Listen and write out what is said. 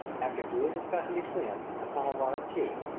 after duly discussing between us a samovar of tea,